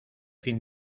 fin